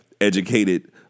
educated